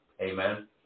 Amen